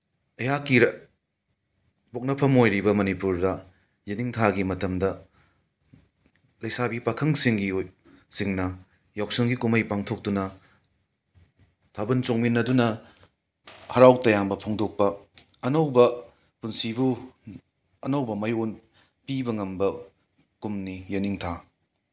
ꯑꯩꯍꯥꯛꯀꯤ ꯄꯣꯛꯅꯐꯝ ꯑꯣꯏꯔꯤꯕ ꯃꯅꯤꯄꯨꯔꯗ ꯌꯦꯅꯤꯡꯊꯥꯒꯤ ꯃꯇꯝꯗ ꯂꯩꯁꯥꯕꯤ ꯄꯥꯈꯪꯁꯤꯡꯒꯤ ꯁꯤꯡꯅ ꯌꯥꯎꯁꯪꯒꯤ ꯀꯨꯝꯍꯩ ꯄꯥꯡꯊꯣꯛꯇꯨꯅ ꯊꯥꯕꯟ ꯆꯣꯡꯃꯤꯟꯅꯗꯨꯅ ꯍꯔꯥꯎ ꯇꯌꯥꯝꯕ ꯐꯣꯡꯗꯣꯛꯄ ꯑꯅꯧꯕ ꯄꯨꯟꯁꯤꯕꯨ ꯑꯅꯧꯕ ꯃꯌꯣꯟ ꯄꯤꯕ ꯉꯝꯕ ꯀꯨꯝꯅꯤ ꯌꯦꯅꯤꯡꯊꯥ